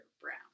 Brown